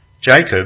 Jacob